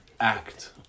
act